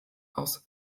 aus